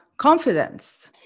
confidence